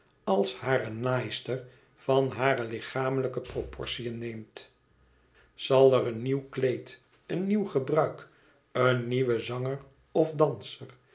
als hare naaister van hare lichamelijke proportiën neemt zal er een nieuw kleed een nieuw gebruik een nieuwe zanger of danser